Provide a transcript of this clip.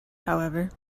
however